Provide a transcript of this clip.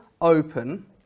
open